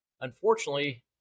Unfortunately